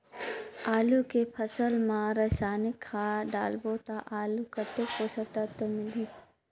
आलू के फसल मा रसायनिक खाद डालबो ता आलू कतेक पोषक तत्व मिलही?